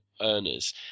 earners